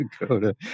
Dakota